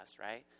right